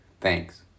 Thanks